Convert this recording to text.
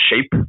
shape